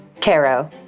Caro